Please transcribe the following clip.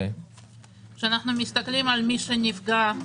כשאנחנו מסתכלים על מי שנפגע,